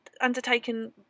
undertaken